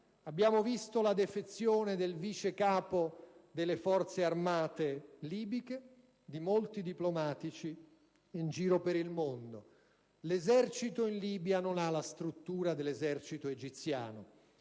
abbiamo visto la defezione del Vice capo delle Forze armate libiche, di molti diplomatici in giro per il mondo. Le Forze armate in Libia non hanno la struttura delle Forze armate egiziane;